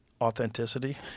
authenticity